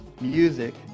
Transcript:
music